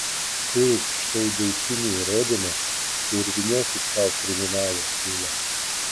turit štai daiktinį įrodymą tai ir vyniokit sau kriminalo siūlą